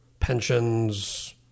pensions